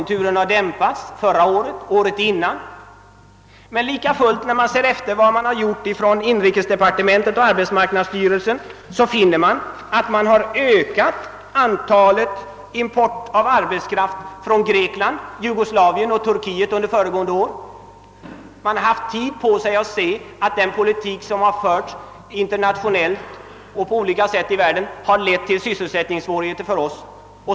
Det omnämndes förra året och även året dessförinnan att konjunkturen höll på att dämpas. Men när man undersöker vad som gjorts från inrikesdepartementet och arbetsmarknadsstyrelsen finner man lika fullt, att importen av arbetskraft från Grekland, Jugoslavien och Turkiet ökade under föregående år. Man har haft tid på sig att se att den politik som förts på olika håll i världen lett till sysselsättningssvårigheter.